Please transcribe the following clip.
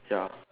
ya